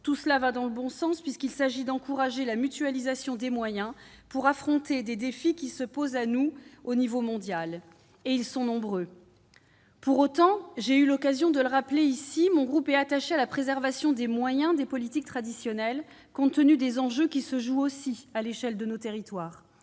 Tout cela va dans le bon sens puisqu'il s'agit d'encourager la mutualisation des moyens pour affronter des défis qui se posent à nous au niveau mondial ; et ils sont nombreux. Pour autant, j'ai déjà eu l'occasion de le rappeler ici, mon groupe est attaché à la préservation des moyens des politiques traditionnelles, compte tenu des enjeux qui se jouent aussi à l'échelle de nos territoires.